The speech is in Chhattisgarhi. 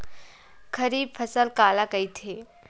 खरीफ फसल काला कहिथे?